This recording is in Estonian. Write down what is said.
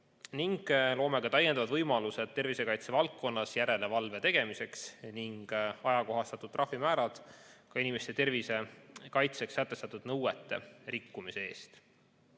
ning loome täiendavad võimalused tervisekaitse valdkonnas järelevalve tegemiseks ning ajakohastatud trahvimäärad ka inimeste tervise kaitseks sätestatud nõuete rikkumise eest.